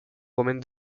romaine